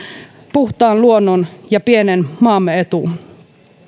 puhtaan luonnon ja pienen maamme etu